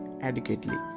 adequately